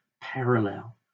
parallel